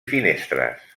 finestres